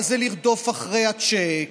מה זה לרדוף אחרי הצ'ק,